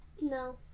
No